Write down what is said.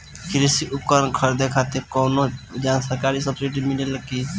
कृषी उपकरण खरीदे खातिर कउनो सरकारी सब्सीडी मिलेला की?